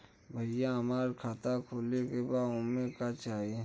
भईया हमार खाता खोले के बा ओमे का चाही?